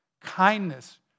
kindness